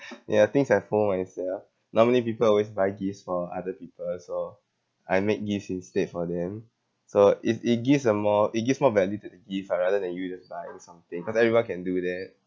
ya things that I fold myself normally people always buy gifts for other people so I make gifts instead for them so it it gives a more it gives more value to the gift ah rather than you just buying something cause everyone can do that